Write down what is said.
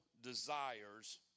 desires